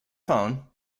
phone